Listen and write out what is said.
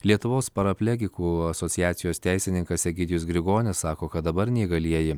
lietuvos paraplegikų asociacijos teisininkas egidijus grigonis sako kad dabar neįgalieji